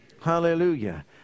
Hallelujah